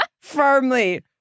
Firmly